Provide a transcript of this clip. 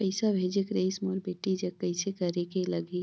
पइसा भेजेक रहिस मोर बेटी जग कइसे करेके लगही?